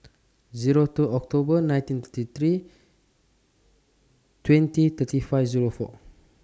Zero two October nineteen thirty three twenty thirty five Zero four